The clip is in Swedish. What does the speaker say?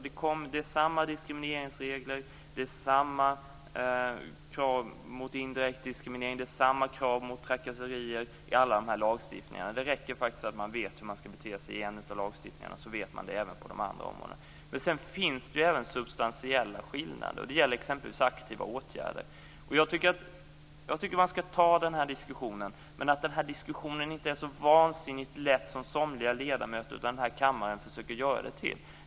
Det är samma diskrimineringsregler, samma krav mot indirekt diskriminering och samma krav mot trakasserier i alla de här lagarna. Det räcker faktiskt att man vet hur man skall bete sig utifrån en av dessa lagar, för då vet man det även på de andra områdena. Sedan finns det även substantiella skillnader. Det gäller t.ex. aktiva åtgärder. Jag tycker att man skall ta den här diskussionen, men att den här diskussionen inte är så vansinnigt lätt som somliga ledamöter i den här kammaren försöker göra den till.